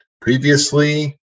Previously